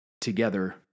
together